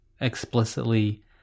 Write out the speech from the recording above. explicitly